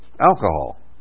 alcohol